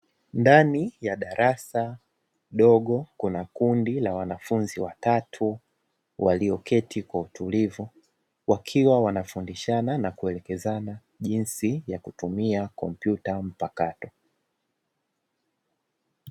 Ndani ya darasa dogo kuna kundi la wanafunzi watatu walioketi kwa utulivu, wakiwa wanafundishana na kuelekezana jinsi ya kutumia kompyuta mpakato.